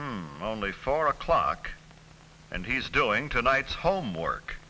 m only four o'clock and he's doing tonight's homework